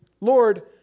Lord